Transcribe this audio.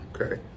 Okay